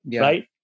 Right